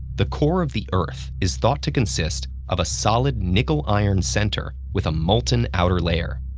the core of the earth is thought to consist of a solid nickel-iron center with a molten outer layer.